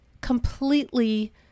completely